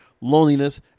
loneliness